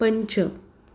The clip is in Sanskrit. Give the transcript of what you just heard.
पञ्च